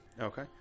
Okay